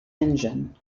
engine